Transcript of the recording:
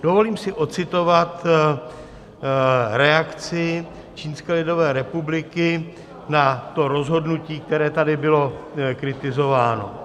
Dovolím si ocitovat reakci Čínské lidové republiky na to rozhodnutí, které tady bylo kritizováno.